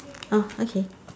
oh okay